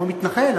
לא מתנחל,